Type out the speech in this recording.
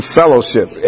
fellowship